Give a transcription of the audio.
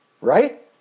Right